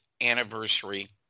anniversary